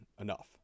enough